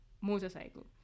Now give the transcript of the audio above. motorcycle